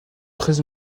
très